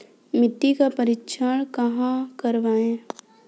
मिट्टी का परीक्षण कहाँ करवाएँ?